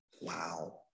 Wow